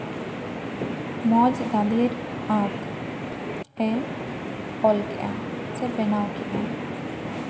ᱢᱚᱸᱡᱽ ᱫᱟᱸᱫᱮᱨ ᱟᱸᱠ ᱮᱭ ᱚᱞ ᱠᱮᱜᱼᱟ ᱥᱮ ᱵᱮᱱᱟᱣ ᱠᱮᱜᱼᱟᱭ